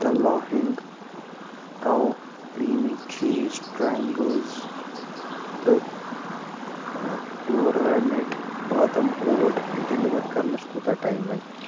the laughing cow creamy cheese triangles تہٕ پیٛوٗرامیٹ badam oat deliver کَرنَس کوٗتاہ ٹایم لَگہِ